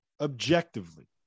objectively